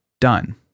done